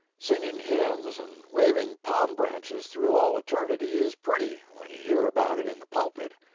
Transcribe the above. singing hymns and waving palm branches through all eternity is pretty when you hear about it in the pulpit,